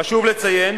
חשוב לציין